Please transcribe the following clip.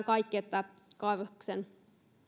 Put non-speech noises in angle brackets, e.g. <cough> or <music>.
<unintelligible> kaikki että kaivoksen